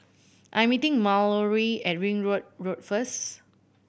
I am meeting Mallory at Ringwood Road first